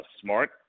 smart